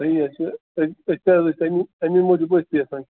صحیح حظ چھِ أسۍ حظ ٲسۍ امی اَمے موٗجوٗب ٲسۍ تہِ یژھان